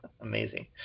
Amazing